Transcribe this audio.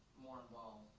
more involved?